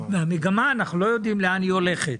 אנחנו לא יודעים לאן המגמה הולכת.